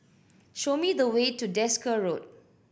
show me the way to Desker Road